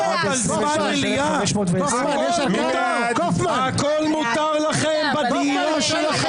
עד 23,520. הכול מותר לכם בדמיון שלכם.